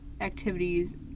activities